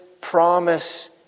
promise